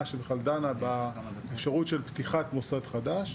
שבכלל דנה באפשרות של פתיחת מוסד חדש.